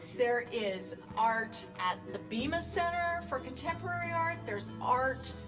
there is art at the bemis center for contemporary art, there's art,